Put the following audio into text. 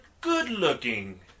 good-looking